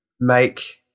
make